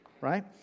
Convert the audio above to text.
right